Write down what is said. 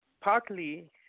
partly